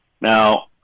Now